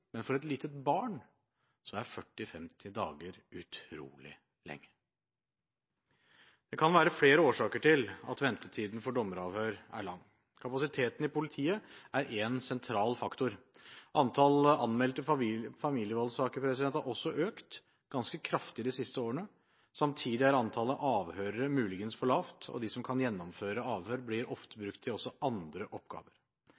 men for et lite barn er 40–50 dager utrolig lenge. Det kan være flere årsaker til at ventetiden for dommeravhør er lang. Kapasiteten i politiet er en sentral faktor. Antall anmeldte familievoldssaker har også økt ganske kraftig de siste årene. Samtidig er antallet avhørere muligens for lavt, og de som kan gjennomføre avhør, blir ofte